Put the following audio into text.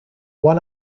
one